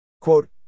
Quote